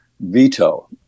veto